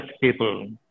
people